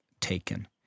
taken